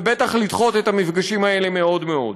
ובטח לדחות את המפגשים האלה מאוד מאוד.